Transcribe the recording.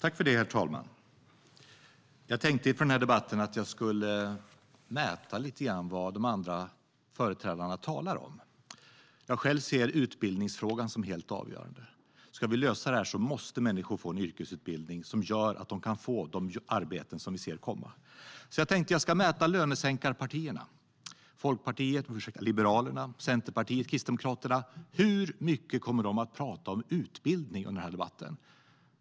Herr talman! Jag tänkte inför den här debatten att jag skulle mäta lite grann vad de andra företrädarna talar om. Själv ser jag utbildningsfrågan som helt avgörande. Ska vi lösa det här måste människor få en yrkesutbildning som gör att de kan få de arbeten som vi ser komma. Jag tänkte att jag skulle mäta hur mycket lönesänkarpartierna - Liberalerna, Centerpartiet och Kristdemokraterna - kommer att prata om utbildning i den här debatten.